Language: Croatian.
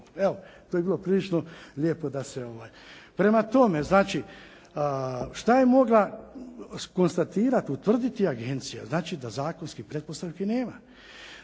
Evo, to bi bilo prilično lijepo da se. Prema tome, šta je mogla konstatirati, utvrditi agencija, znači da zakonskih pretpostavki nema.